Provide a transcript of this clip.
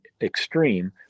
extreme